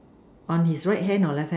on his right hand or left hand